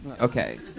Okay